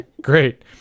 Great